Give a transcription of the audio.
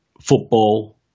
football